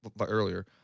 earlier